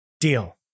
Deal